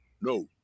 No